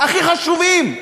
הכי חשובים,